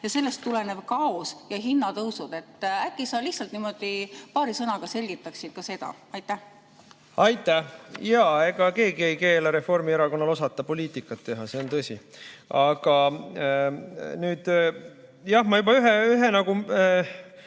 ja sellest tulenev kaos ja hinnatõusud? Äkki sa lihtsalt niimoodi paari sõnaga selgitaksid ka seda. Aitäh! Jaa, ega keegi ei keela Reformierakonnal osata poliitikat teha, see on tõsi. Aga nüüd, jah, ma juba ühe väikese